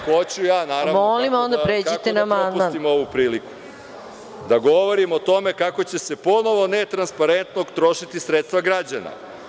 Kako da propustim ovu priliku da govorim o tome kako će se ponovo netransparentno trošiti sredstva građana?